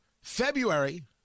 February